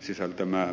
tosiasiaa